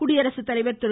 குடியரசுத்தலைவர் திரு